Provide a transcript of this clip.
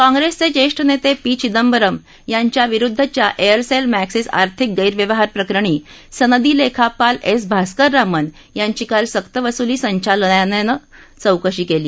काँग्रेसचे ज्येष्ठ नेते पी चिदंबरम यांच्या विरुद्धच्या एअरसेल मॅक्सिस आर्थिक गैरव्यवहारप्रकरणी सनदी लेखापाल एस भास्कररामन यांची काल सक्तवसुली संचालनालयानं चौकशी केली